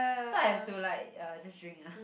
so I have to like uh just drink ah